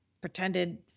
pretended